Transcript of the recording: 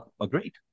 Agreed